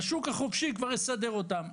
והשוק החופשי כבר יסדר אותם.